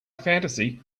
fantasy